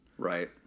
Right